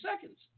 seconds